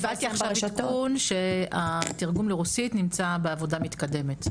קיבלתי עכשיו עדכון שהתרגום לרוסית נמצא בעבודה מתקדמת.